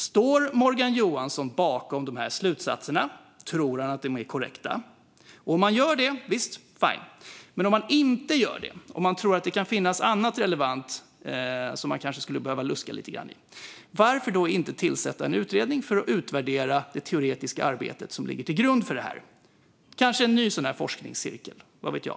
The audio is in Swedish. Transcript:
Står Morgan Johansson bakom de här slutsatserna, och tror han att de är korrekta? Om han gör det: Visst, fine! Men om han inte gör det och tror att det kan finnas annat relevant som man kanske skulle behöva luska lite grann i, varför då inte tillsätta en utredning för att utvärdera det teoretiska arbetet som ligger till grund för det här? Kanske kan man tillsätta en ny sådan här forskningscirkel, vad vet jag.